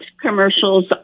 commercials